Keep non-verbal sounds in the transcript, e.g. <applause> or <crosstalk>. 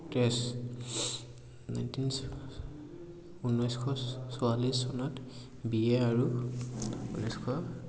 <unintelligible> nineteen ঊনৈছশ চৌৰাল্লিছ চনত বি এ আৰু ঊনৈছশ